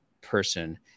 person